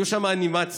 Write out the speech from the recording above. היו שם אנימציות,